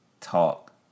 Talk